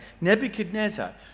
Nebuchadnezzar